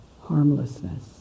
harmlessness